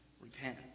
Repent